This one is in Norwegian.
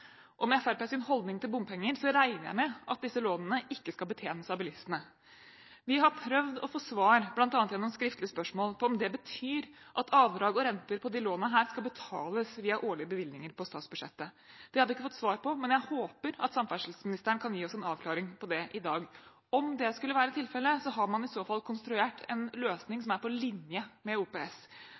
og med Fremskrittspartiets holdning til bompenger så regner jeg med at disse lånene ikke skal betjenes av bilistene. Vi har prøvd å få svar – bl.a. gjennom skriftlige spørsmål – på om det betyr at avdrag og renter på disse lånene skal betales via årlige bevilgninger på statsbudsjettet. Det har vi ikke fått svar på, men jeg håper at samferdselsministeren kan gi oss en avklaring på det i dag. Om det skulle være tilfelle, har man i så fall konstruert en løsning som er på linje med OPS.